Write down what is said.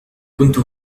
كنت